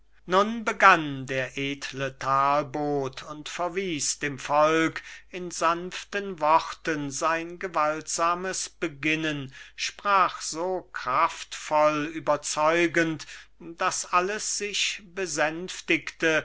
nun begann der edle talbot und verwies dem volk in sanften worten sein gewaltsames beginnen sprach so kraftvoll überzeugend daß alles sich besänftigte